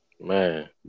man